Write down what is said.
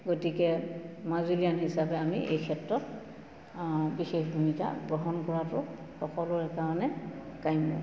গতিকে মাজুলীয়ান হিচাপে আমি এই ক্ষেত্ৰত বিশেষ ভূমিকা গ্ৰহণ কৰাটো সকলোৰে কাৰণে কাম্য